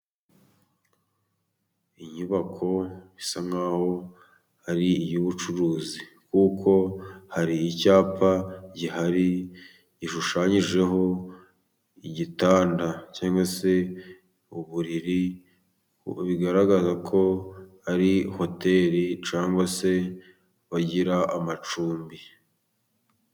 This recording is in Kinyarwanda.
Inyubako bisa nkaho ari iy'ubucuruzi kuko hari icyapa gihari gishushanijeho igitanda cyangwa se uburiri bigaragaza ko ari hoteri cg se bagira amacumbi.